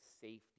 safety